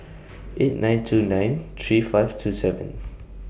eight nine two nine three five two seven